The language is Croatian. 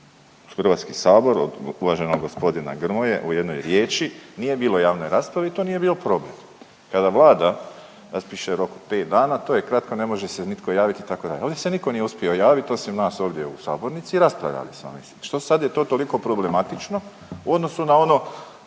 Hrvatski sabor od uvaženog gospodina Grmoje u jednoj riječi nije bilo javne rasprave i to nije bio problem. Kada Vlada raspiše rok pet dana to je kratko, ne može se nitko javiti itd. Ovdje se nitko nije uspio javiti osim nas ovdje u sabornici i raspravljali smo. Što sad je to toliko problematično u odnosu na ono